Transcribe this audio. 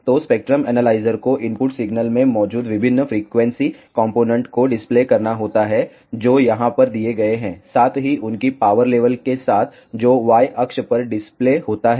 तो spectrum analyser को input signal में मौजूद विभिन्न फ्रीक्वेंसी कॉम्पोनेन्ट को डिस्प्ले करना होता है जो यहां पर दिए गए हैं साथ ही उनकी पावर लेवल के साथ जो Y अक्ष पर डिस्प्ले होता है